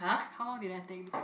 how long did that take